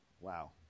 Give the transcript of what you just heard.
Wow